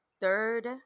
third